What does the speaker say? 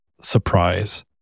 surprise